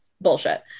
bullshit